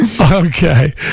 Okay